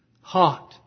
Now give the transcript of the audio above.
Hot